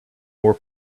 more